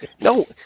No